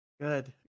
Good